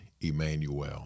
Emmanuel